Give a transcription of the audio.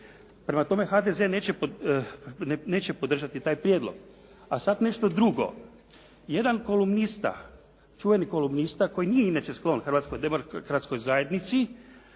Prema tome, HDZ neće podržati taj prijedlog. A sad nešto drugo. Jedan kolumnista, čuveni kolumnista koji nije inače sklon Hrvatskoj demokratskoj zajednici